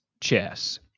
chess